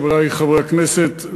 חברי חברי הכנסת,